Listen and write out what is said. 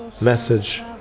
Message